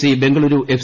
C Bengaluru F